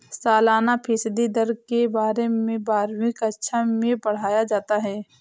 सालाना फ़ीसदी दर के बारे में बारहवीं कक्षा मैं पढ़ाया जाता है